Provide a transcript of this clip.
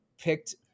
picked